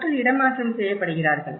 மக்கள் இடமாற்றம் செய்யப்படுகிறார்கள்